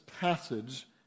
passage